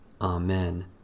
Amen